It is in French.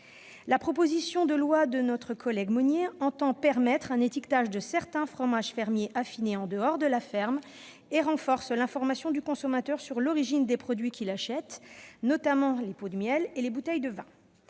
La proposition de loi de Marie-Pierre Monier entend permettre l'étiquetage de certains fromages fermiers affinés en dehors de la ferme et renforce l'information du consommateur sur l'origine des produits qu'il achète, notamment les pots de miel et les bouteilles de vin.